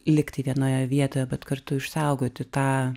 likti vienoje vietoje bet kartu išsaugoti tą